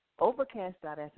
Overcast.fm